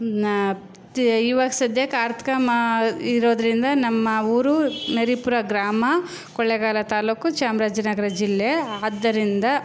ಇನ್ನೂ ಇವಾಗ ಸದ್ಯಕ್ಕೆ ಕಾರ್ತಿಕ ಮಾ ಇರೋದರಿಂದ ನಮ್ಮ ಊರು ನರಸೀಪುರ ಗ್ರಾಮ ಕೊಳ್ಳೆಗಾಲ ತಾಲ್ಲೂಕು ಚಾಮರಾಜನಗರ ಜಿಲ್ಲೆ ಆದ್ದರಿಂದ